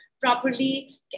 properly